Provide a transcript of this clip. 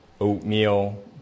oatmeal